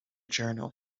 journal